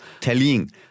telling